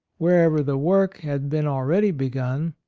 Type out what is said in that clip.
wherever the work had been already begun,